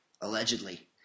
allegedly